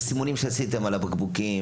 גם הסימונים שעשיתם על הבקבוקים,